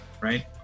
right